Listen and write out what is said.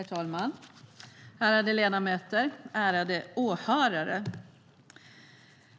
Herr talman, ärade ledamöter och åhörare!